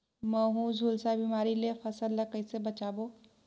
महू, झुलसा बिमारी ले फसल ल कइसे बचाबो?